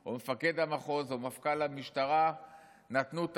או מפקד המחוז או מפכ"ל המשטרה נתנו את